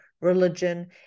religion